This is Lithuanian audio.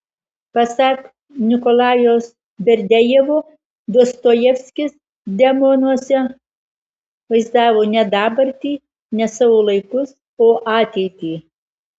pasak nikolajaus berdiajevo dostojevskis demonuose vaizdavo ne dabartį ne savo laikus o ateitį